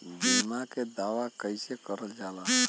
बीमा के दावा कैसे करल जाला?